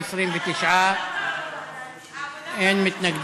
ההצעה להעביר את הצעת חוק